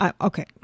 okay